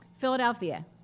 philadelphia